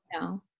no